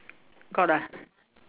got ah